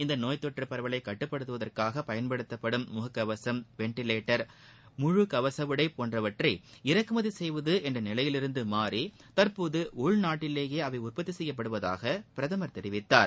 இந்த நோய் தொற்று பரவலை கட்டுப்படுத்துவதற்காக பயன்படுத்தப்படும் முக கவசம் வெண்டிலேட்டர் முழு கவச உடை போன்றவற்றை இறக்குமதி செய்வது என்ற நிலையிலிருந்து மாறி தற்போது உள்நாட்டிலேயே அவை உற்பத்தி செய்யப்படுவதாக அவர் தெரிவித்தார்